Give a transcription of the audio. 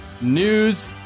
News